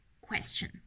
question